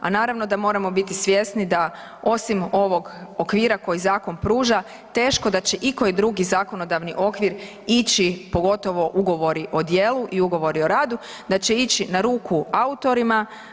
A naravno da moramo biti svjesni da osim ovog okvira koji zakon pruža teško da će ikoji drugi zakonodavni okvir ići pogotovo ugovori o djelu i ugovori o radu, da će ići na ruku autorima.